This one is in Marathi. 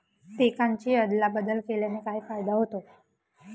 पिकांची अदला बदल केल्याने काय फायदा होतो?